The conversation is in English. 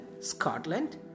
Scotland